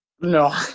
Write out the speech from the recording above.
No